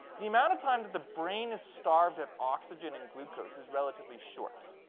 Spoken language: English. the amount of time that the brain is starved of oxygen and glucose is relatively short.